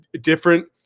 different